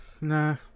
nah